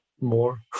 more